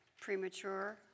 premature